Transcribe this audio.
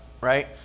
right